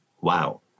Wow